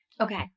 Okay